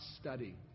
study